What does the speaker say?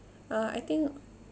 uh I think